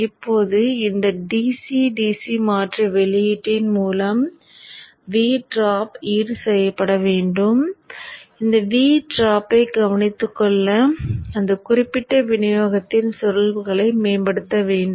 இப்போது இந்த dc dc மாற்றி வெளியீட்டின் மூலம் V டிராப் ஈடுசெய்யப்பட வேண்டும் இந்த V டிராப்யைக் கவனித்துக்கொள்ள அந்த குறிப்பிட்ட விநியோகத்தின் சுருள்களை மேம்படுத்த வேண்டும்